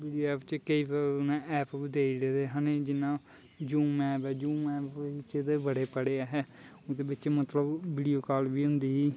video app च केईं उ'नें ऐप बी देई ओड़े दे हे न जि'यां जूम ऐप जूम ऐप बिच्च ते बड़े पढ़े अस ओह्दे बिच्च मतलब वीडियो काल बी होंदी ही